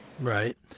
Right